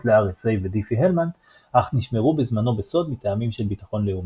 ל-RSA ודיפי-הלמן אך נשמרו בזמנו בסוד מטעמים של ביטחון לאומי.